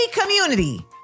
community